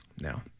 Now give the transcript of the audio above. No